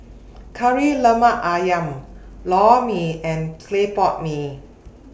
Kari Lemak Ayam Lor Mee and Clay Pot Mee